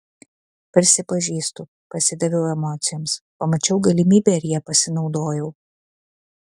prisipažįstu pasidaviau emocijoms pamačiau galimybę ir ja pasinaudojau